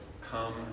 come